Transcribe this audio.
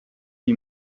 die